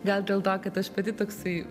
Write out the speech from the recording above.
gal dėl to kad aš pati toksai